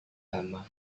lama